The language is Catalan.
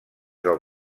del